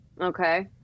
okay